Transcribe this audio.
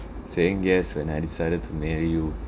saying yes when I decided to marry you